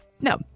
No